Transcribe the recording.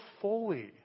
fully